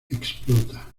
explota